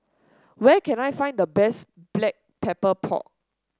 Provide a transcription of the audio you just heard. where can I find the best Black Pepper Pork